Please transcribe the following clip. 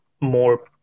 more